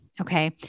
Okay